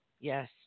yes